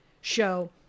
show